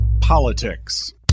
Politics